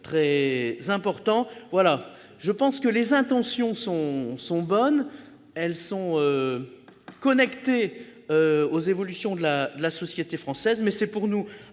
très important. Les intentions sont bonnes, elles sont connectées aux évolutions de la société française, mais c'est pour nous